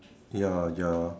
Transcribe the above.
ya ya